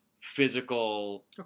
physical